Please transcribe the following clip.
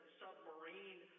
submarine